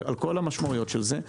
על כל המשמעויות של זה.